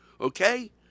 Okay